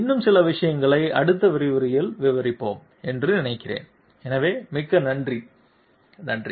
இன்னும் சில விஷயங்களை அடுத்த விரிவுரையில் விவரிப்போம் என்று நினைக்கிறேன் எனவே மிக்க நன்றி நன்றி